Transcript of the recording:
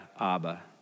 Abba